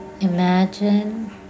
imagine